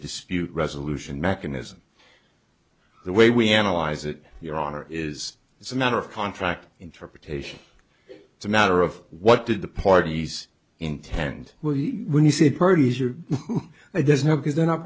dispute resolution mechanism the way we analyze it your honor is it's a matter of contract interpretation it's a matter of what did the parties intend we when you said parties are there's no because they're not